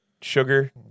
sugar